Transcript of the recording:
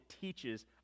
teaches